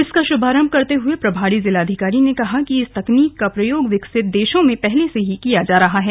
इसका शुभारम्भ करते हुए प्रभारी जिलाधिकारी ने कहा कि इस तकनीक का प्रयोग विकसित देशों में पहले से ही किया जा रहा है